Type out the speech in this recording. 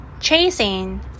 Chasing